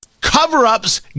Cover-ups